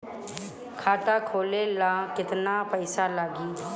खाता खोले ला केतना पइसा लागी?